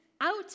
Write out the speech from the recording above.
out